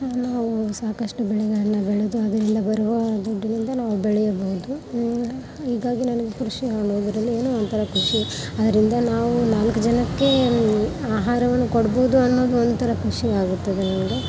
ನಾವು ಸಾಕಷ್ಟು ಬೆಳೆಗಳನ್ನು ಬೆಳೆದು ಅದರಿಂದ ಬರುವ ದುಡ್ಡಿನಿಂದ ನಾವು ಬೆಳೆಯಬಹುದು ಹೀಗಾಗಿ ನನ್ಗೆ ಕೃಷಿ ಮಾಡುವುದ್ರಲ್ಲಿ ಏನೋ ಒಂಥರ ಖುಷಿ ಆದ್ದರಿಂದ ನಾವು ನಾಲ್ಕು ಜನಕ್ಕೆ ಆಹಾರವನ್ನು ಕೊಡ್ಬೋದು ಅನ್ನೋದೊಂಥರ ಖುಷಿ ಆಗುತ್ತದೆ ನನಗೆ